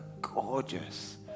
gorgeous